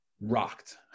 rocked